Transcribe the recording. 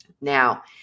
Now